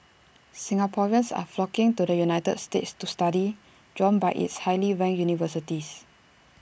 Singaporeans are flocking to the united states to study drawn by its highly ranked universities